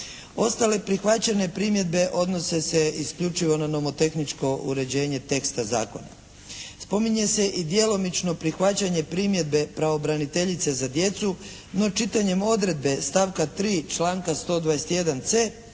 Ostale prihvaćene primjedbe odnose se isključivo na nomotehničko uređenje teksta zakona. Spominje se i djelomično prihvaćanje primjedbe pravobraniteljice za djecu, no čitanjem odredbe stavka 3. članka 121.c